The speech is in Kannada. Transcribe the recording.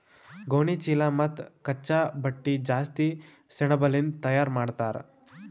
ಗೋಣಿಚೀಲಾ ಮತ್ತ್ ಕಚ್ಚಾ ಬಟ್ಟಿ ಜಾಸ್ತಿ ಸೆಣಬಲಿಂದ್ ತಯಾರ್ ಮಾಡ್ತರ್